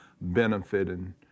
benefiting